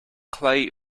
clay